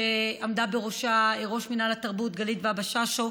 שעמדה בראשה ראש מינהל התרבות גלית והבה-שאשו,